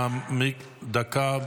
מהצד.